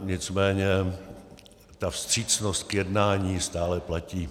Nicméně ta vstřícnost k jednání stále platí.